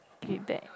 give it back